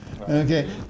Okay